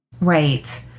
Right